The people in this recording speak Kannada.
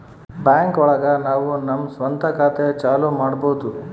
ಬ್ಯಾಂಕ್ ಒಳಗ ನಾವು ನಮ್ ಸ್ವಂತ ಖಾತೆ ಚಾಲೂ ಮಾಡ್ಬೋದು